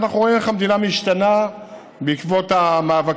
אנחנו רואים איך המדינה משתנה בעקבות המאבקים,